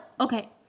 okay